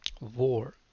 war